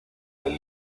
del